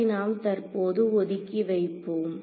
அதை நாம் தற்போது ஒதுக்கி வைப்போம்